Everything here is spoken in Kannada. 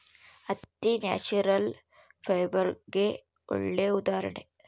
ಹತ್ತಿ ನ್ಯಾಚುರಲ್ ಫೈಬರ್ಸ್ಗೆಗೆ ಒಳ್ಳೆ ಉದಾಹರಣೆ